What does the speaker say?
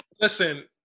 listen